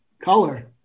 Color